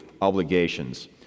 obligations